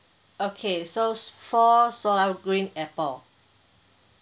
okay so four soda green apple